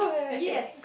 yes